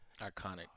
iconic